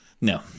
No